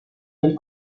del